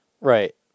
right